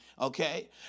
Okay